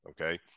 Okay